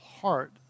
heart